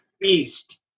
Beast